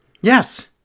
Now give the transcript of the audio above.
Yes